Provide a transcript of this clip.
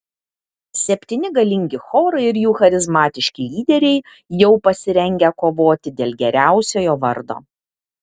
septyni galingi chorai ir jų charizmatiški lyderiai jau pasirengę kovoti dėl geriausiojo vardo